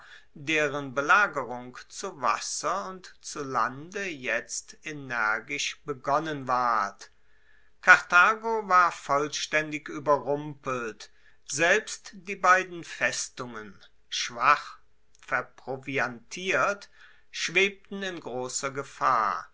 deren belagerung zu wasser und zu lande jetzt energisch begonnen ward karthago war vollstaendig ueberrumpelt selbst die beiden festungen schwach verproviantiert schwebten in grosser gefahr